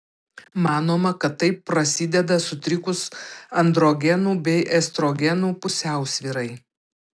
manoma kad tai prasideda sutrikus androgenų bei estrogenų pusiausvyrai